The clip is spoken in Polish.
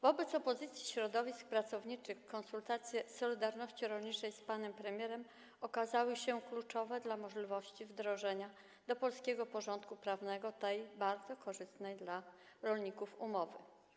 Wobec opozycji środowisk pracowniczych konsultacje „Solidarności” rolniczej z panem premierem okazały się kluczowe dla możliwości wdrożenia do polskiego porządku prawnego tej bardzo korzystnej dla rolników umowy.